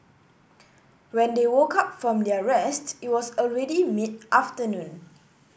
when they woke up from their rest it was already mid afternoon